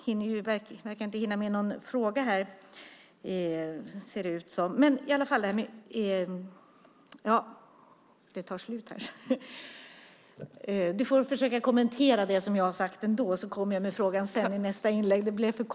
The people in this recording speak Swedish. Här tar min talartid slut. Du får kommentera det jag har sagt, så kommer jag med min fråga i nästa replik.